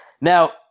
Now